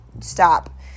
Stop